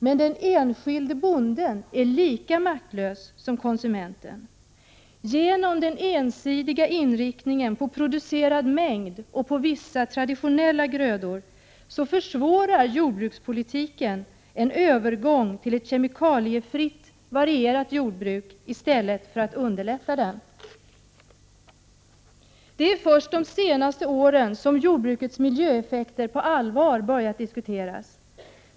Men den enskilde bonden är lika maktlös som konsumenten. Genom den ensidiga inriktningen på producerad mängd och vissa traditionella grödor försvårar jordbrukspolitiken en övergång till ett kemikaliefritt varierat jordbruk i stället för att underlätta den. Det är först de senaste åren som jordbrukets miljöeffekter på allvar börjat diskuteras.